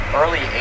early